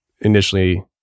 initially